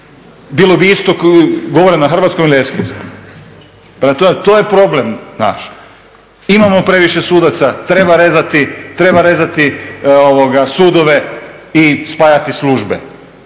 bilo bi isto kao da govore na hrvatskom. To je problem naš. Imamo previše sudaca, treba rezati, treba rezati sudove i spajati službe